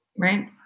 Right